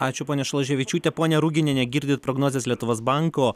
ačiū ponia šalaševičiūte ponia ruginiene girdit prognozes lietuvos banko